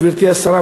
גברתי השרה,